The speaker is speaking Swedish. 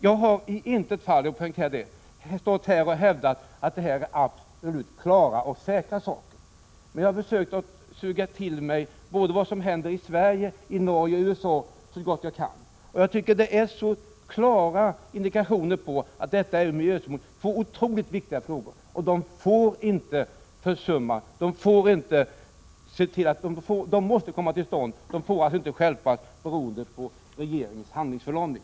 Jag vill poängtera att jag i intet fall har hävdat att detta är absolut klara och säkra saker. Jag har försökt att så gott jag kan ta till mig vad som händer i både Sverige, Norge och USA. Det finns klara indikationer på att detta är två ur miljösynpunkt otroligt viktiga frågor. De får inte försummas. Dessa åtgärder får inte stjälpas på grund av regeringens handlingsförlamning.